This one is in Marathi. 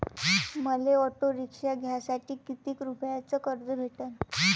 मले ऑटो रिक्षा घ्यासाठी कितीक रुपयाच कर्ज भेटनं?